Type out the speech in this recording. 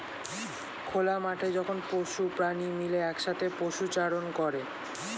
খোলা মাঠে যখন পশু প্রাণী মিলে একসাথে পশুচারণ করে